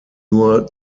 nur